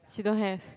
she don't have